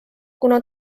kuna